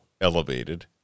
elevated